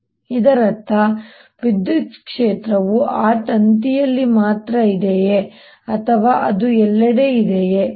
ಇದರರ್ಥ ವಿದ್ಯುತ್ ಕ್ಷೇತ್ರವು ಆ ತಂತಿಯಲ್ಲಿ ಮಾತ್ರ ಇದೆಯೇ ಅಥವಾ ಅದು ಎಲ್ಲೆಡೆ ಇದೆಯೇ